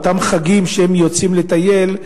או אותם חגים שבהם הם יוצאים לטייל,